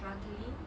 struggling